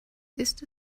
ist